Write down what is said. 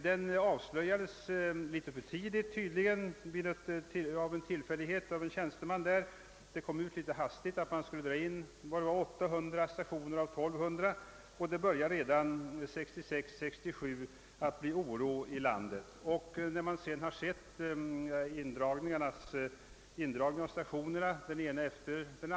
Den avslöjades tydligen av en tillfällighet litet för tidigt av en tjänsteman i SJ, och nyheten om att det skulle dras in 800 av 1200 stationer kom därför ut litet tidigare än beräknat. Det började också 1966—1967 att uppstå oro i landet.